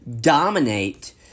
dominate